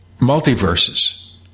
multiverses